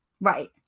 Right